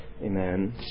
Amen